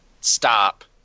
Stop